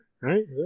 right